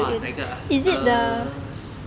!wah! 哪一个 ah err